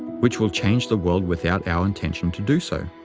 which will change the world without our intention to do so.